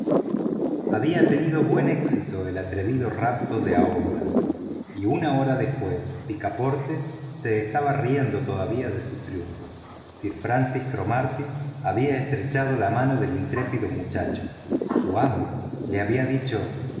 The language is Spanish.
había tenido buen éxito el atrevido rapto de aouda y una hora después picaporte se estaba riendo todavía de su triunfo sir francis cromarty había estrechado la mano del intrépido muchacho su amo le había dicho bien